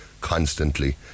constantly